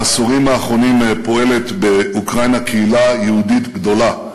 בעשורים האחרונים פועלת באוקראינה קהילה יהודית גדולה,